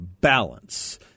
Balance